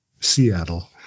Seattle